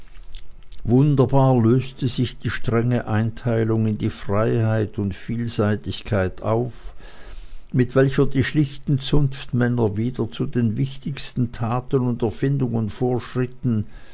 wunderbar löste sich die strenge einteilung in die freiheit und vielseitigkeit auf mit welcher die schlichten zunftmänner wieder zu den wichtigsten taten und erfindungen vorschritten